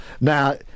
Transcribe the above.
Now